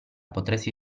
potresti